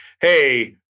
hey